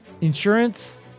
insurance